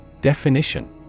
Definition